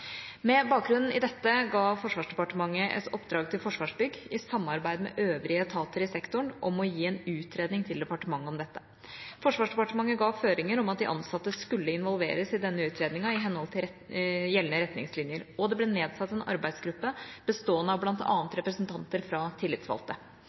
Med bakgrunn i dette ga Forsvarsdepartementet et oppdrag til Forsvarsbygg, i samarbeid med øvrige etater i sektoren, om å gi en utredning til departementet om dette. Forsvarsdepartementet ga føringer om at de ansatte skulle involveres i denne utredninga i henhold til gjeldende retningslinjer, og det ble nedsatt en arbeidsgruppe, bestående av